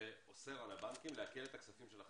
שאוסר על הבנקים לעקל את הכספים של החיילים.